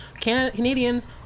Canadians